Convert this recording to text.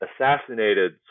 assassinated